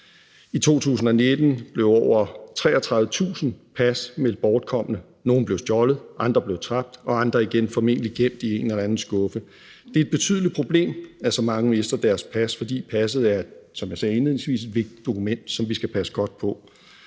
I 2019 blev over 33.000 pas meldt bortkomne. Nogle blev stjålet, andre tabt, og andre igen formentlig gemt i en eller anden skuffe. Det er et betydeligt problem, at så mange mister deres pas, fordi passet – som jeg sagde indledningsvis – er et vigtigt dokument, som vi skal passe godt på,